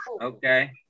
Okay